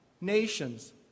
nations